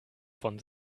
von